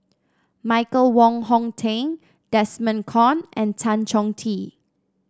Michael Wong Hong Teng Desmond Kon and Tan Chong Tee